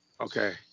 Okay